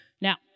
Now